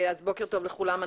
בוקר טוב לכולם.